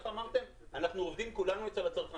כפי שאמרתם, אנחנו כולנו עובדים אצל הצרכנים.